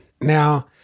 Now